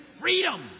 freedom